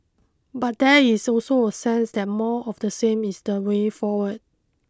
but there is also a sense that more of the same is the way forward